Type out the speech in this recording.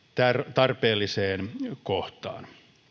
tarpeelliseen kohtaan